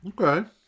okay